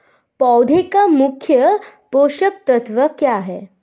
पौधे का मुख्य पोषक तत्व क्या हैं?